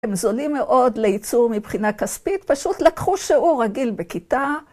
הם זולים מאוד לייצור מבחינה כספית, פשוט לקחו שיעור רגיל בכיתה...